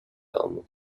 آموخت